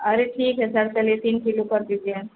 अरे ठीक है सर चलिए तीन किलो कर दीजिए